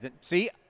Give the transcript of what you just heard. See